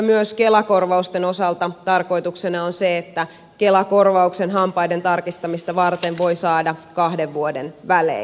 myös kela korvausten osalta tarkoituksena on se että kela korvauksen hampaiden tarkistamista varten voi saada kahden vuoden välein